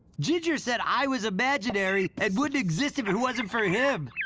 ginger said i was imaginary and wouldn't exist if it wasn't for him.